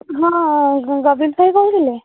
ହଁ ଗୋବିନ୍ଦ ଭାଇ କହୁଥିଲେ